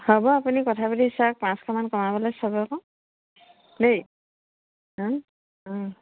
হ'ব আপুনি কথা পাতি চাওক পাঁচশমান কমাবলৈ চাব আকৌ দেই অঁ অঁ